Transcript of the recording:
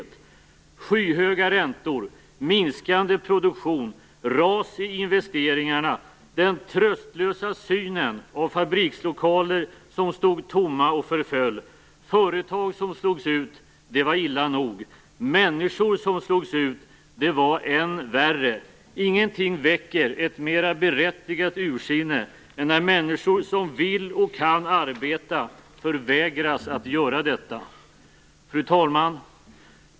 Det var skyhöga räntor, minskande produktion, ras i investeringarna och den tröstlösa synen av fabrikslokaler som stod tomma och förföll. Företag som slogs ut - det var illa nog. Människor som slogs ut - det var än värre. Ingenting väcker ett mer berättigat ursinne än när människor som vill och kan arbeta förvägras att göra detta. Fru talman!